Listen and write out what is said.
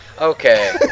Okay